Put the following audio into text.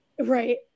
Right